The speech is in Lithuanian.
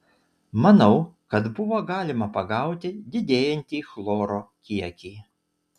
manau kad buvo galima pagauti didėjantį chloro kiekį